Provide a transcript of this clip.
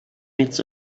bits